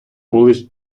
були